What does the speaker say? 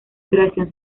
creación